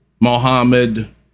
Muhammad